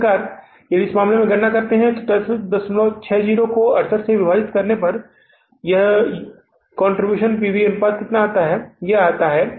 इस प्रकार यदि आप इस मामले में गणना करते हैं तो ३३६० को 68 से विभाजित करने पर इसलिए योगदान पी वी अनुपात कितना आता है